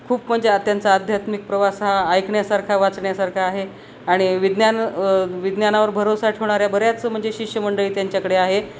खूप म्हणजे हा त्यांचा आध्यात्मिक प्रवास हा ऐकण्यासारखा वाचण्यासारखा आहे आणि विज्ञान विज्ञानावर भरोसा ठेवणाऱ्या बऱ्याच म्हणजे शिष्यमंडळी त्यांच्याकडे आहे